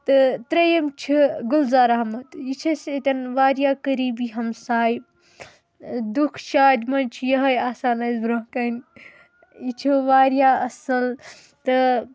تہٕ ترٛیٚیم چھِ گُلزار احمد یہِ چھُ اَسہِ ییٚتٮ۪ن وارِیاہ قریبی ہمساے دُکھ شادِ منٛز چھِ یِہٕے آسان اَسہِ برٛونٛہہ کَنہِ یہِ چھُ وارِیاہ اَصٕل تہٕ